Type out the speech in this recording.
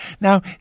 Now